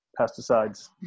pesticides